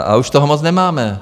A už toho moc nemáme.